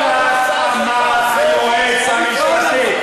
כי כך אמר היועץ המשפטי.